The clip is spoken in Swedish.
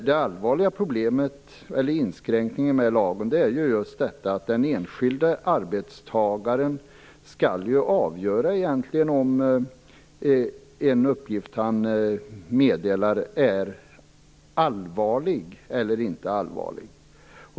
Den allvarliga inskränkningen när det gäller den här lagen är just att den enskilde arbetstagaren egentligen skall avgöra om en uppgift som han meddelar är allvarlig eller inte.